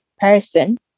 person